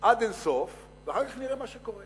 עד אין-סוף, ואחר כך נראה מה שקורה.